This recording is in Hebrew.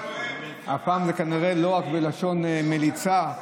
והפעם זה כנראה לא רק בלשון מליצה.